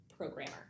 programmer